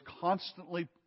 constantly